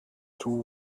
two